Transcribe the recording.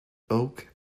oak